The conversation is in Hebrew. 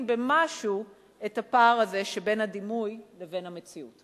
במשהו את הפער הזה שבין הדימוי לבין המציאות.